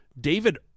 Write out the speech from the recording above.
David